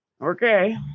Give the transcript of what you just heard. okay